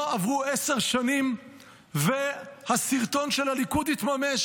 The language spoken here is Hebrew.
לא עברו עשר שנים והסרטון של הליכוד התממש.